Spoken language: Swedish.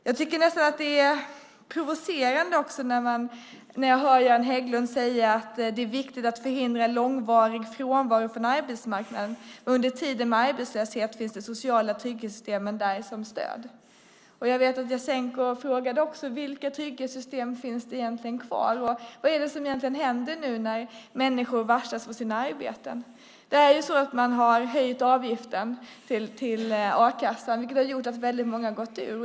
Jag tycker nästan att det är provocerande när jag hör Göran Hägglund säga att det är viktigt att förhindra långvarig frånvaro från arbetsmarknaden, men under tiden med arbetslöshet finns de sociala trygghetssystemen där som stöd. Jag vet att Jasenko också frågade: Vilka trygghetssystem finns egentligen kvar, och vad är det egentligen som händer nu när människor varslas från sina arbeten? Man har höjt avgiften till a-kassan, vilket har gjort att väldigt många har gått ur.